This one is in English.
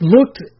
Looked